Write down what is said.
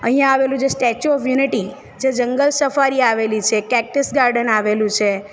અહિયાં આવેલું જે સ્ટેચ્યૂ ઓફ યુનિટી જે જંગલ શફારી આવેલી છે કેકટસ ગાર્ડન આવેલું છે